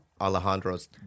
Alejandro's